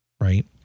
right